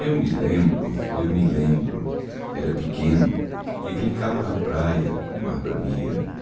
u me lembro eu me lembro era pequeno e brincava na praia o mar bramia